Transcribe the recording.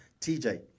TJ